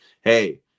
hey